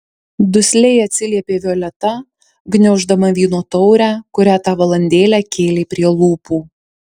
dusliai atsiliepė violeta gniauždama vyno taurę kurią tą valandėlę kėlė prie lūpų